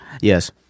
Yes